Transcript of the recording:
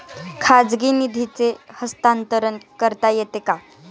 खाजगी निधीचे हस्तांतरण करता येते का?